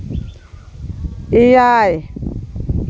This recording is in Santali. ᱮᱭᱟᱭ